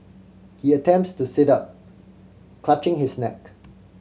he attempts to sit up clutching his neck